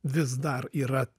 vis dar yra